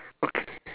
okay